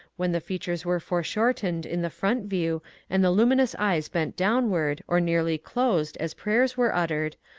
when the fea tures were foreshortened in the front view and the luminous eyes bent downward or nearly closed as prayers were uttered,